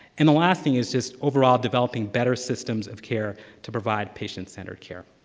and the last thing is just overall developing better systems of care to provide patient-centered care.